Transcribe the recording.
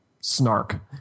snark